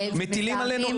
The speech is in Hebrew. ההיפך,